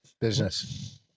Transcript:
business